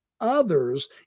others